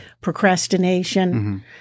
procrastination